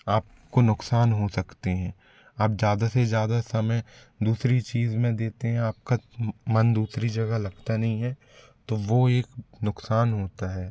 आपको नुक़सान हो सकते हैं आप ज़्यादा से ज़्यादा समय दूसरी चीज़ में देते हैं आपका मन दूसरी जगह लगता नहीं है तो वो एक नुक़सान होता है